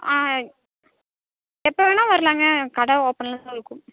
ஆ எப்போ வேணா வர்லாம்ங்க கடை ஓப்பனில் தான் இருக்கும்